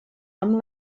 amb